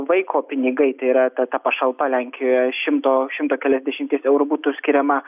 vaiko pinigai tai yra ta ta pašalpa lenkijoje šimto šimto keliasdešimties eurų būtų skiriama